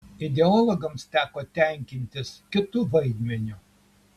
ideologams teko tenkintis kitu vaidmeniu